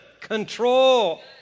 control